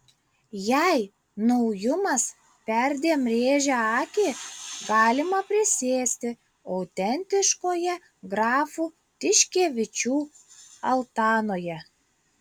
jei naujumas perdėm rėžia akį galima prisėsti autentiškoje grafų tiškevičių altanoje